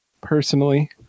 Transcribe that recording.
personally